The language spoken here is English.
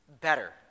better